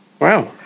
Wow